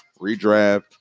Redraft